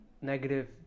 negative